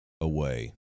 away